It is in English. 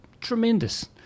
tremendous